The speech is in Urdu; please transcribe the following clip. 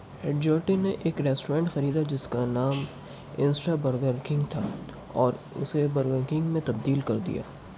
ایڈجرٹی نے ایک ریسٹورنٹ خریدا جس کا نام انسٹا برگر کنگ تھا اور اسے برگر کنگ میں تبدیل کر دیا